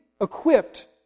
equipped